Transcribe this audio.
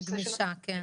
שהיא גמישה, כן.